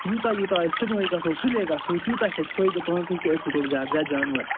یوٗتاہ یوٗتاہ أسۍ صُبحٲے گَژھو سُلے گَژھو تیوٗتاہ چھُ اَسہِ فٲیدٕ پانسٕے کہِ أسۍ وٕچھوکھ زیاد زیاد جانوَر